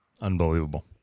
Unbelievable